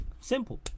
Simple